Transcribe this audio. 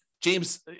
james